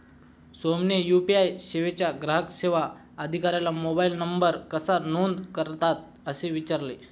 सोहनने यू.पी.आय सेवेच्या ग्राहक सेवा अधिकाऱ्याला मोबाइल नंबर कसा नोंद करतात असे विचारले